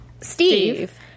Steve